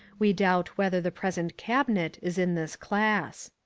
we doubt whether the present cabinet is in this class.